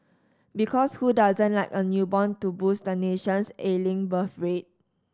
because who doesn't like a newborn to boost the nation's ailing birth rate